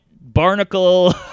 barnacle